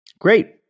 Great